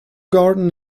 garden